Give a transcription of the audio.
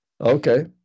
okay